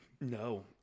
No